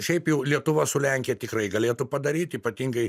šiaip jau lietuva su lenkija tikrai galėtų padaryt ypatingai